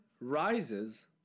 rises